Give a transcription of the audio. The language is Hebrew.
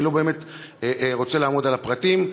אני לא באמת רוצה לעמוד על הפרטים.